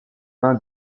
main